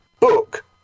Book